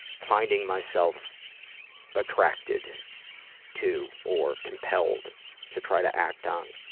finding myself attracted to, or compelled to try to act on.